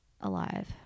alive